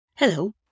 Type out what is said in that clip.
Hello